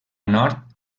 nord